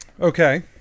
Okay